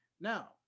Now